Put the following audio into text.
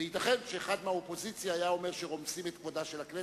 וייתכן שאחד מהאופוזיציה היה אומר שרומסים את כבודה של הכנסת.